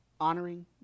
honoring